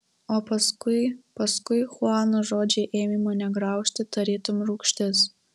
o paskui paskui chuano žodžiai ėmė mane graužti tarytum rūgštis